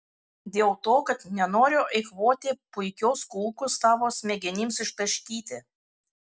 dėl to kad nenoriu eikvoti puikios kulkos tavo smegenims ištaškyti